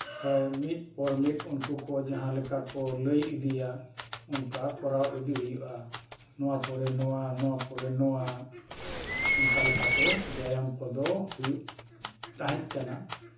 ᱦᱳᱭ ᱢᱤᱫ ᱯᱚᱨ ᱢᱤᱫ ᱩᱱᱠᱩ ᱠᱚ ᱡᱟᱦᱟᱸ ᱞᱮᱠᱟ ᱠᱚ ᱞᱟᱹᱭ ᱤᱫᱤᱭᱟ ᱚᱱᱠᱟ ᱠᱚᱨᱟᱣ ᱤᱫᱤ ᱦᱩᱭᱩᱜᱼᱟ ᱱᱚᱣᱟ ᱯᱚᱨᱮ ᱱᱚᱣᱟ ᱱᱚᱣᱟ ᱯᱚᱨᱮ ᱱᱚᱣᱟ ᱚᱱᱠᱟ ᱞᱮᱠᱟᱛᱮ ᱵᱮᱭᱟᱢ ᱠᱚᱫᱚ ᱦᱩᱭᱩᱜ ᱛᱟᱦᱮᱸᱫ ᱠᱟᱱᱟ